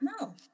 no